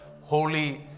holy